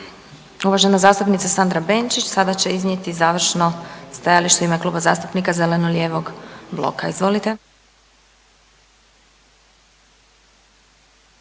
Uvažena zastupnica Sandra Benčić sada će iznijeti završno stajalište u ime Kluba zastupnika zeleno-lijevog bloka.